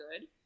good